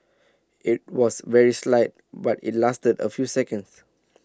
IT was very slight but IT lasted A few seconds